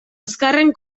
azkarren